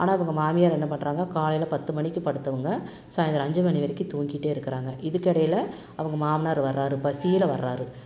ஆனால் இவங்க மாமியார் என்ன பண்ணுறாங்க காலையில் பத்து மணிக்கு படுத்தவங்க சாயந்தரம் அஞ்சு மணி வரைக்கும் தூங்கிட்டே இருக்கிறாங்க இதுக்கிடையில அவங்க மாமனார் வர்றார் பசியில் வர்றார்